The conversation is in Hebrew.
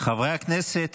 חברי הכנסת,